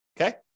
okay